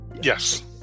Yes